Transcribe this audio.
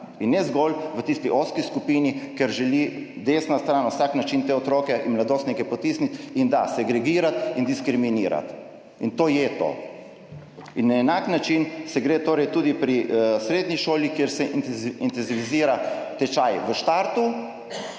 In ne zgolj v tisti ozki skupini, kamor želi desna stran na vsak način te otroke in mladostnike potisniti in, da, segregirati in diskriminirati. In to je to. Na enak način gre torej tudi pri srednji šoli, kjer se intenzivira tečaj v startu.